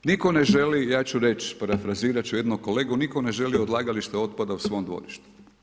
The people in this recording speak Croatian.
Nitko ne želi, ja ću reći, paralizirati ću jednog kolegu, nitko ne želi odlagalište otpada u svom dvorištu.